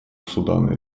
судана